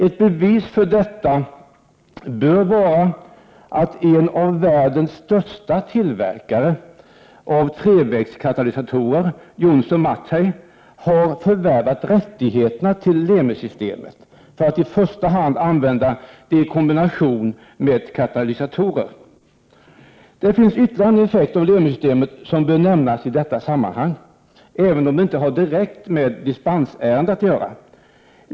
Ett bevis för detta bör vara att en av världens största tillverkare av trevägskatalysatorer, Johnson Matthey, har förvärvat rättigheterna till Lemi-systemet för att i första hand använda det i kombination med katalysatorer. Det finns ytterligare en effekt av Lemi-systemet som bör nämnas i detta sammanhang, även om det inte har direkt med dispensärendet att göra.